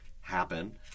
happen